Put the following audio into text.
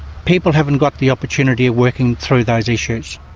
people haven't got the opportunity of working through those issues.